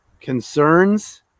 concerns